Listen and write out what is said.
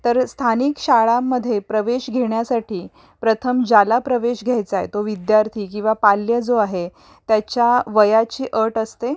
तर स्थानिक शाळांमध्ये प्रवेश घेण्यासाठी प्रथम ज्याला प्रवेश घ्यायचा आहे तो विद्यार्थी किंवा पाल्य जो आहे त्याच्या वयाची अट असते